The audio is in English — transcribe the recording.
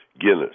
Guinness